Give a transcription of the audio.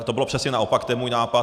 To bylo přesně naopak, ten můj nápad.